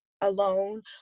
alone